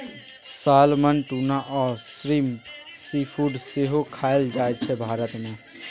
salmon, tuna आ shrimp seafood सेहो खाएल जाइ छै भारत मे